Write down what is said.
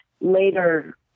later